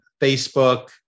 Facebook